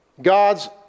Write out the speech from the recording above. God's